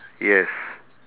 yes